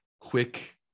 quick